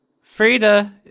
Frida